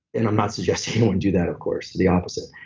and i'm not suggesting one do that, of course. the opposite.